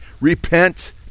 repent